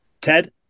Ted